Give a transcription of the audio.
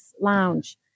lounge